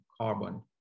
carbon